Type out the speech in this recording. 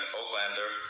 Oaklander